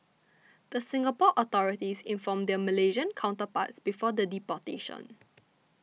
the Singapore authorities informed their Malaysian counterparts before the deportation